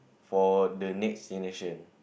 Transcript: for the next generation